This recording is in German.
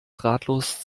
ratlos